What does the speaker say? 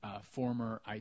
former